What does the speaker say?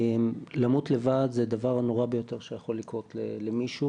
למות לבד זה הדבר הנורא ביותר שיכול לקרות למישהו